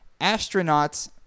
Astronauts